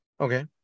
Okay